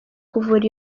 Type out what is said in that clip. kuvura